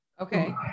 Okay